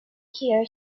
here